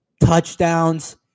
touchdowns